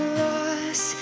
lost